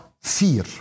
fear